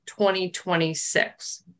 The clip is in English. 2026